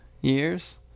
years